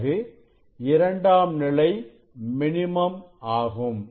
பிறகு இரண்டாம் நிலை மினிமம் ஆகும்